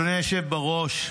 אדוני היושב בראש,